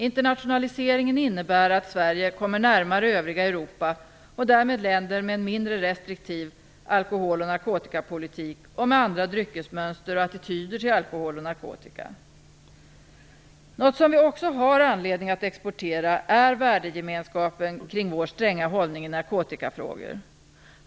Internationaliseringen innebär att Sverige kommer närmare övriga Europa och därmed länder med en mindre restriktiv alkohol och narkotikapolitik och med andra dryckesmönster och attityder till alkohol och narkotika. Något som vi också har anledning att exportera är värdegemenskapen kring vår stränga hållning i narkotikafrågor.